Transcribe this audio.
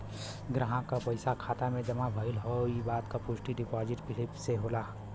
ग्राहक क पइसा खाता में जमा भयल हौ इ बात क पुष्टि डिपाजिट स्लिप से होला